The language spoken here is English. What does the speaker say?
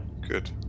Good